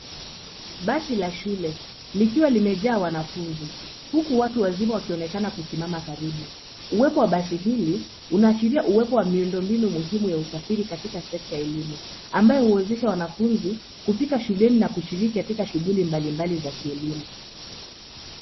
Basi la shule likiwa limejaa wanafunzi huku watu wazima wakionekana kusimama karibu . Uwepo wa basi hili unaashiria uwepo wa miundombinu muhimu ya usafiri katika sekta ya elimu, ambayo huwezesha wanafunzi kufika shuleni na kushiriki katika shughuli mbalimbali za kielimu.